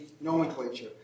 nomenclature